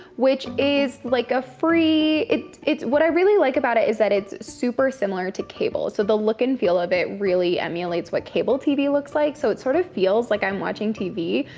which is like a free, it's, what i really like about it is that it's super similar to cable. so the look and feel of it really emulates what cable tv looks like, so it sort of feels like i'm watching tv.